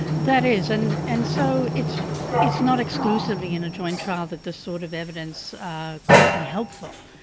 that is, and and so it's it's not exclusively in a joint trial that this sort of evidence could be helpful.